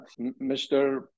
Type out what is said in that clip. Mr